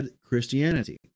Christianity